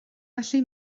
gallu